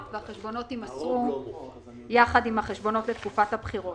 והחשבונות יימסרו יחד עם החשבונות לתקופת הבחירות.